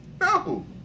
No